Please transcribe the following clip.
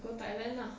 go thailand lah